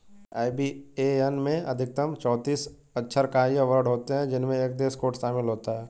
IBAN में अधिकतम चौतीस अक्षरांकीय वर्ण होते हैं जिनमें एक देश कोड शामिल होता है